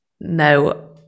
no